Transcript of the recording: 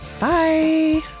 Bye